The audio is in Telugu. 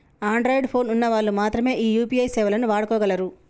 అన్ద్రాయిడ్ పోను ఉన్న వాళ్ళు మాత్రమె ఈ యూ.పీ.ఐ సేవలు వాడుకోగలరు